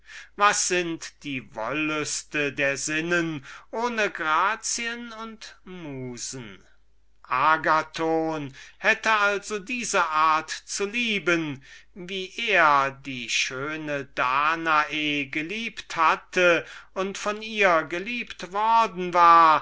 was sind die wollüste der sinnen ohne grazien und musen das socratische system über die liebe mag für viele gut sein aber es taugt nicht für die agathons agathon hätte diese art zu lieben wie er die schöne danae geliebt hatte und wie er von ihr geliebt worden war